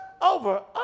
Over